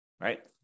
right